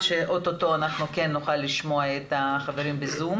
שאוטוטו אנחנו כן נוכל לשמוע את החברים בזום,